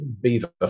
beaver